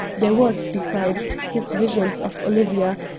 there was, besides his visions of olivia,